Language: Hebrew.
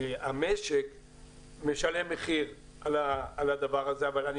שהמשק משלם מחיר על הדבר הזה אבל אני